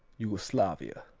yugoslavia